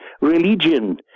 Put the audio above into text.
religion